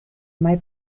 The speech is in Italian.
mai